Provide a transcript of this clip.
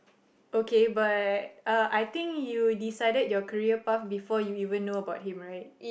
okay but uh I think you decided your career path before you even know about him right